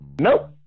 Nope